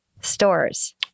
stores